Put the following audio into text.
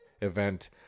event